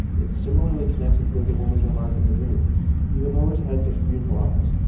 is similarly connected with the woman's remark in the dream you have always had such beautiful eyes.